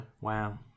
wow